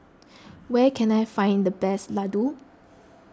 where can I find the best Laddu